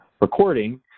recording